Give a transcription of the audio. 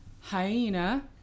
Hyena